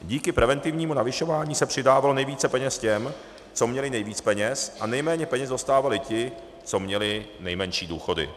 Díky preventivnímu navyšování se přidávalo nejvíce peněz těm, co měli nejvíc peněz, a nejméně peněz dostávali ti, co měli nejmenší důchody.